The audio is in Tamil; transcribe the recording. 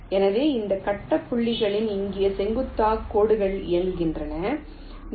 எனவே இந்த கட்ட புள்ளிகளில் நீங்கள் செங்குத்தாக கோடுகளை இயக்குகிறீர்கள்